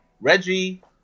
Reggie